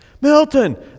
Milton